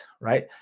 right